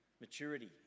maturity